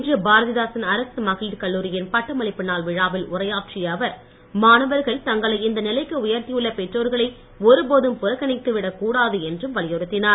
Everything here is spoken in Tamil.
இன்று பாரதிதாசன் அரசு மகளிர் கல்லூரியின் பட்டமளிப்பு நாள் விழாவில் உரையாற்றிய அவர் மாணவர்கள் தங்களை இந்த நிலைக்கு உயர்த்தியுள்ள பெற்றோர்களை ஒருபோதும் புறக்கணித்துவிடக் கூடாது என்றும் வலியுறுத்தினார்